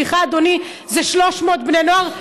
סליחה, אדוני, זה 300 בני נוער.